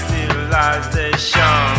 Civilization